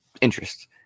interests